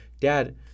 Dad